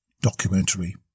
documentary